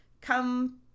come